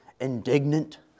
indignant